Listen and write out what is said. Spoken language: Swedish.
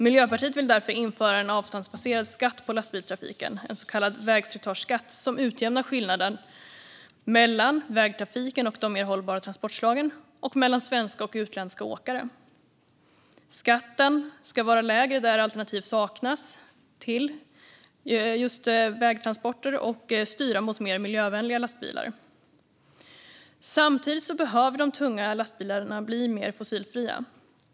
Miljöpartiet vill därför införa en avståndsbaserad skatt på lastbilstrafiken, en så kallad vägslitageskatt, som utjämnar skillnaden mellan vägtrafiken och de mer hållbara transportslagen och mellan svenska och utländska åkare. Skatten ska vara lägre där alternativ till vägtransporter saknas och styra mot mer miljövänliga lastbilar. Samtidigt behöver de tunga lastbilarna bli mer fossilfria.